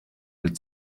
had